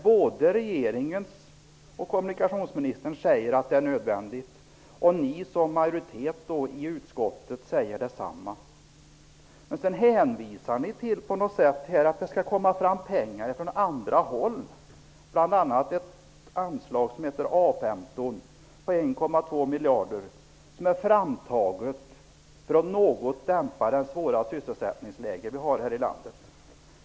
Både regeringen och kommunikationsministern säger ju att det är nödvändigt, och ni i utskottsmajoriteten säger detsamma. Sedan hänvisar ni till att det skall komma pengar från andra håll, bl.a. genom ett anslag som heter A 15 och som motsvarar 1,2 miljarder, ett anslag som är framtaget för att något förbättra det svåra sysselsättningsläge som vi har här i landet.